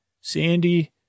Sandy